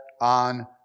on